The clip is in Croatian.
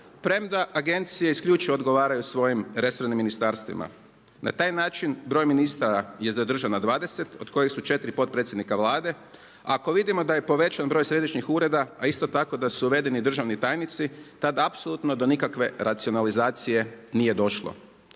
Premda agencije isključivo odgovaraju svojim resornim ministarstvima. Na taj način broj ministara je zadržan na 20 od kojih su 4 potpredsjednika Vlade. Ako vidimo da je povećan broj središnjih ureda a isto tako da su uvedeni državni tajnici tada apsolutno do nikakve racionalizacije nije došlo.